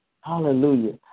hallelujah